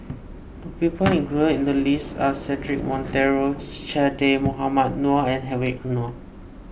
the people included in the list are Cedric Monteiro Che Dah Mohamed Noor and Hedwig Anuar